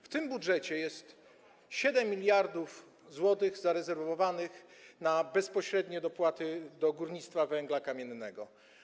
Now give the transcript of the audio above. W tym budżecie jest 7 mld zł zarezerwowanych na bezpośrednie dopłaty do górnictwa węgla kamiennego.